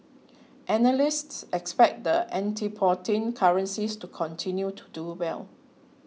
analysts expect the antipodean currencies to continue to do well